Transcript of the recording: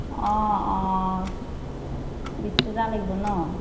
অঁ অঁ বিছ লিটাৰ লাগিব ন